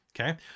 Okay